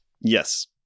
Yes